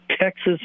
Texas